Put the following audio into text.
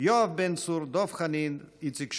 יואב בן צור, דב חנין ואיציק שמולי.